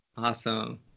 Awesome